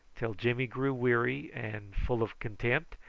till jimmy grew weary, and, full of contempt,